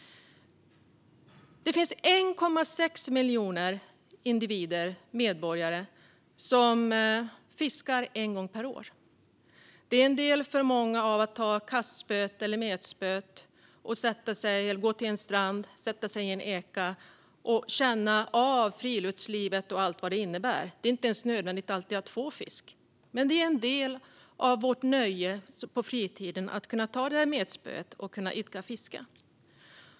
Det finns 1,6 miljoner individer som fiskar en gång per år. Det är en stor del för många att ta kastspöet eller metspöet och gå till en strand eller sätta sig i en eka och känna av friluftslivet och allt vad det innebär. Det är inte ens nödvändigt att alltid få fisk. Men det är en del av nöjet på vår fritid att kunna ta detta metspö och idka fiske.